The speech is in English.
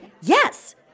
Yes